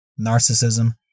narcissism